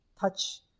touch